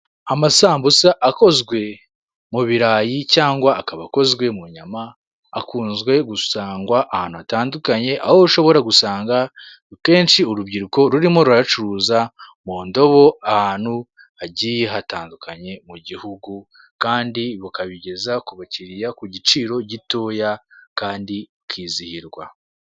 Amasambusa akozwe mu birarayi cyangwa akaba akozwe mu nyama, akunzezwe gusangwa ahantu hatandukanye, aho ushobora gusanga akenshi urubyiruko rurimo rurayacuruza mu ndobo ahantu hagiye hatandukanye mu gihugu, kandi bakabigeza ku bakiriya ku giciro gitoya kandi bakizihirwa.